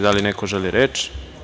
Da li neko želi reč?